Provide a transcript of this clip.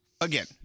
again